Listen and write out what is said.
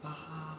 ah